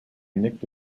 nicked